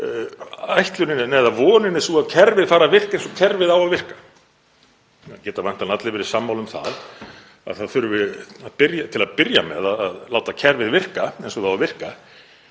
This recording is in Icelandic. yrði við. Vonin er sú að kerfið fari að virka eins og kerfið á að virka. Það geta væntanlega allir verið sammála um að það þurfi til að byrja með að láta kerfið virka eins og það á að virka.